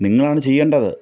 നിങ്ങളാണ് ചെയ്യേണ്ടത്